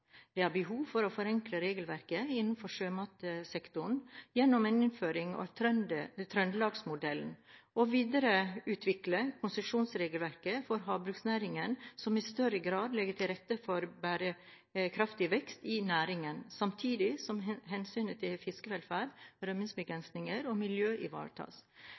Det er behov for å forenkle regelverket innenfor sjømatsektoren gjennom en innføring av trøndelagsmodellen og videreutvikle konsesjonsregelverket for havbruksnæringen på en måte som i større grad legger til rette for bærekraftig vekst i næringen, samtidig som hensynet til fiskevelferd, rømningsbegrensinger og miljø ivaretas.